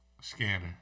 Scanner